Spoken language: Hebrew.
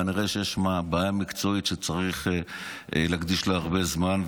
כנראה יש בעיה מקצועית שצריך להקדיש לה הרבה זמן.